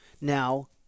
Now